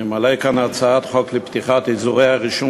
אני מעלה כאן הצעת חוק לפתיחת אזורי הרישום